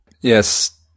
Yes